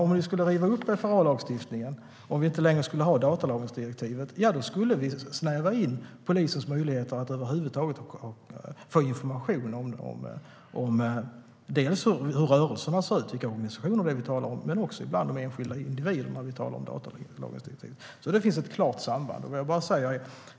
Om vi skulle riva upp FRA-lagstiftningen och om vi inte längre skulle ha datalagringsdirektivet skulle vi snäva in polisens möjligheter att över huvud taget få information om hur rörelserna ser ut, vilka organisationer vi talar om, och ibland även de enskilda individerna. Det finns ett klart samband.